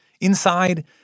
Inside